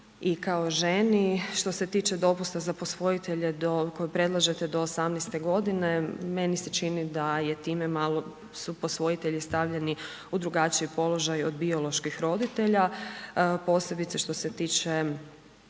i kao ženi, što se tiče dopusta za posvojitelje koje predlažete do 18 g., meni se čini da je time malo su posvojitelji stavljeni u drugačiji položaj od bioloških roditelja, posebice što se tiče